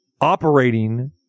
operating